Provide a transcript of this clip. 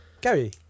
Gary